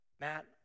Matt